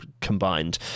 combined